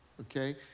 okay